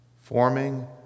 Forming